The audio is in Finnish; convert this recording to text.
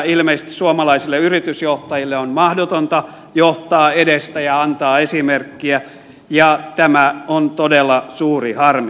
ilmeisesti suomalaisille yritysjohtajille on mahdotonta johtaa edestä ja antaa esimerkkiä ja tämä on todella suuri harmi